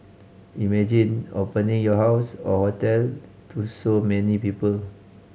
imagine opening your house or hotel to so many people